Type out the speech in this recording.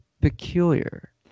peculiar